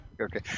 Okay